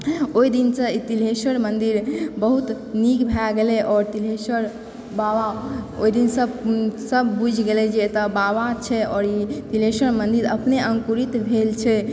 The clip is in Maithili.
ओहि दिनसँ ई तिलेश्वर मन्दिर बहुत नीक भए गेलै आओर तिलेश्वर बाबा ओहि दिनसँ सब बुझि गेलै जे एतऽ बाबा छै आओर ई तिलेश्वर मन्दिर अपने अङ्कुरित भेल छै